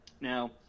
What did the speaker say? Now